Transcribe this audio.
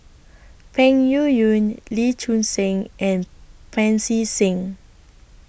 Peng Yuyun Lee Choon Seng and Pancy Seng